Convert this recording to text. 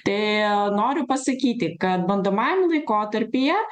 tai noriu pasakyti kad bandomajam laikotarpyje